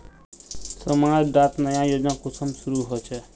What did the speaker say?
समाज डात नया योजना कुंसम शुरू होछै?